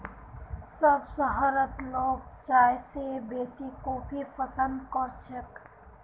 अब शहरत लोग चाय स बेसी कॉफी पसंद कर छेक